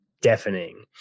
deafening